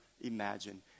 imagine